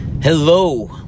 Hello